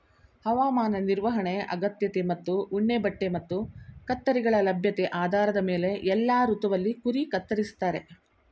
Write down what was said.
ಹವಾಮಾನ ನಿರ್ವಹಣೆ ಅಗತ್ಯತೆ ಮತ್ತು ಉಣ್ಣೆಬಟ್ಟೆ ಮತ್ತು ಕತ್ತರಿಗಳ ಲಭ್ಯತೆ ಆಧಾರದ ಮೇಲೆ ಎಲ್ಲಾ ಋತುವಲ್ಲಿ ಕುರಿ ಕತ್ತರಿಸ್ತಾರೆ